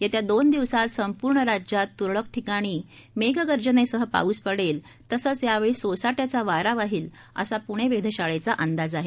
येत्या दोन दिवसांत संपूर्ण राज्यात तुरळक ठिकाणी मेघगर्जनेसह पाऊस पडेल तसंच यावेळी सोसाट्याचा वारा वाहील असा प्णे वेधशाळेचा अंदाज आहे